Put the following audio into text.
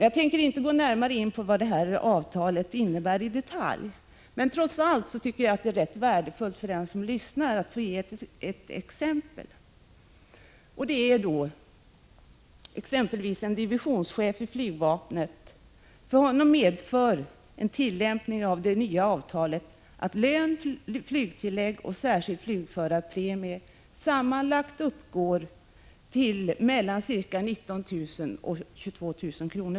Jag tänker inte gå närmare in på vad avtalet innebär i detalj. Men jag tror att det för den som lyssnar är värdefullt med ett exempel. För en divisionschef i flygvapnet medför en tillämpning av det nya avtalet att lön, flygtillägg och särskild flygförarpremie uppgår till sammanlagt ca 19 000—22 000 kr.